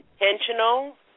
intentional